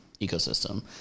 ecosystem